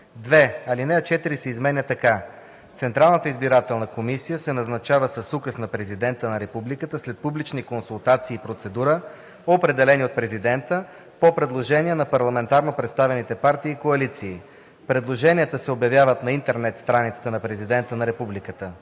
2. Алинея 4 се изменя така: „(4) Централната избирателна комисия се назначава с указ на президента на републиката след публични консултации и процедура, определени от президента, по предложение на парламентарно представените партии и коалиции. Предложенията се обявяват на интернет страницата на президента на републиката.“